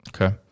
Okay